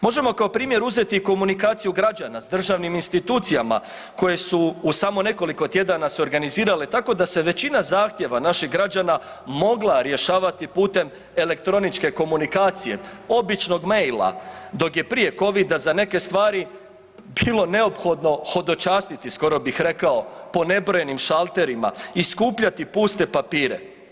Možemo kao primjer uzeti i komunikaciju građana s državnim institucijama koje su u samo nekoliko tjedana se organizirale tako da se većina zahtjeva naših građana mogla rješavati putem elektroničke komunikacije, običnog maila, dok je prije covida za neke stvari bilo neophodno hodočastiti, skoro bih rekao, po nebrojenim šalterima i skupljati puste papire.